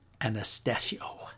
Anastasio